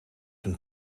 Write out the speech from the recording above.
een